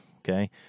Okay